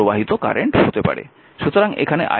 সুতরাং এখানে i0 2 ix